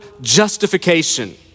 justification